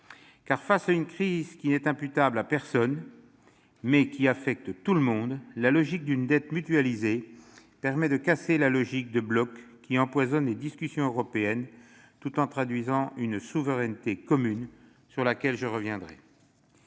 Face à une crise imputable à personne, mais affectant tout le monde, la logique d'une dette mutualisée permet de casser la logique de blocs qui empoisonne les discussions européennes, tout en traduisant une souveraineté commune, sur laquelle je reviendrai.